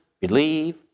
believe